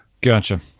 Gotcha